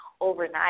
overnight